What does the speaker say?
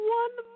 one